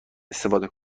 استفاده